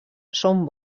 són